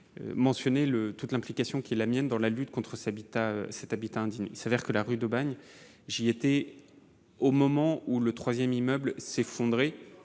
mentionné le toute implication qui est la mienne dans la lutte contre s'habitat cet habitat indigne, il s'avère que la rue d'Aubagne, j'y étais au moment où le 3ème immeuble s'est effondré